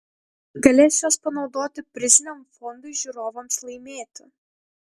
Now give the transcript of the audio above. galės juos panaudoti priziniam fondui žiūrovams laimėti